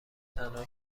تنها